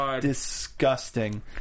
Disgusting